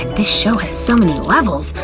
this show has so many levels!